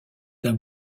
d’un